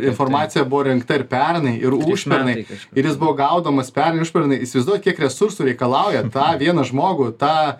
informacija buvo įrengta ir pernai ir užpernai ir jis buvo gaudomas pernai užpernai įsivaizduojat kiek resursų reikalauja tą vieną žmogų tą